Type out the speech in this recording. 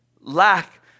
lack